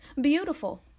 beautiful